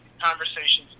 conversations